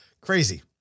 Crazy